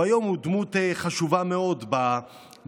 היום הוא דמות חשובה מאוד במחאה,